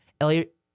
Elliot